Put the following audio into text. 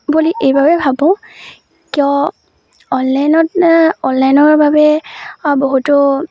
বুলি এইবাবে ভাবোঁ কিয় অনলাইনত অনলাইনৰ বাবে আ বহুতো